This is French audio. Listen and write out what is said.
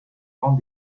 rangs